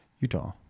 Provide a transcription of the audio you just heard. Utah